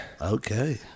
Okay